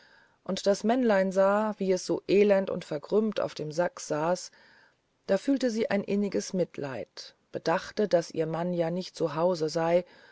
und das männlein sah wie es so elend und verkümmert auf dem sack saß da fühlte sie inniges mitleid bedachte daß ja ihr mann nicht zu hause sei